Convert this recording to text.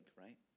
right